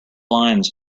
lines